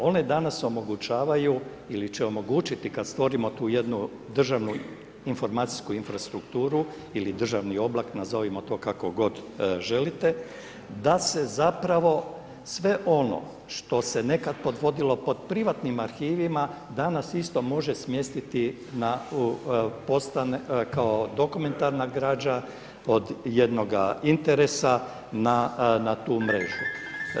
One danas omogućavaju ili će omogućiti kad stvorimo tu jednu državnu informacijsku infrastrukturu ili državni oblak, nazovimo to kako god želite, da se zapravo sve ono što se nekad podvodilo pod privatnim arhivima, danas isto može smjestiti kao dokumentarna građa od jednoga interesa na tu mrežu.